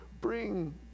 bring